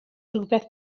rywbeth